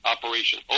Operation